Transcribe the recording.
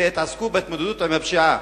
אלא יתעסקו בהתמודדות עם הפשיעה,